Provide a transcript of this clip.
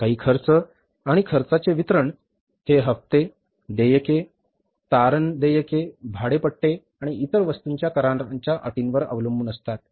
काही खर्च आणि खर्चाचे वितरण हे हप्ते देयके तारण देयके भाडे पट्टे आणि इतर वस्तूंच्या कराराच्या अटींवर अवलंबून असतात